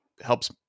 helps